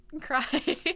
cry